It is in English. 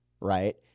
right